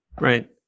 Right